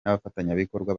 n’abafatanyabikorwa